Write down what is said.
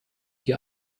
dir